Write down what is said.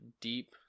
deep